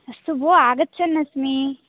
अस्तु भोः आगच्छन् अस्मि